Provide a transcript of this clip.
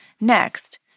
Next